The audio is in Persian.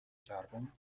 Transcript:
کربن